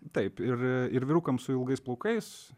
taip ir ir vyrukam su ilgais plaukais